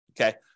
okay